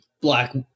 black